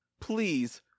Please